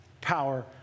power